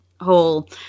whole